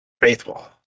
Faithful